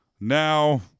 now